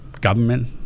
government